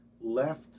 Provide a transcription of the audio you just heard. left